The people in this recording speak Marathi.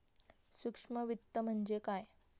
सूक्ष्म वित्त म्हणजे काय?